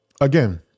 again